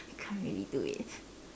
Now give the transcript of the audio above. I can't really do it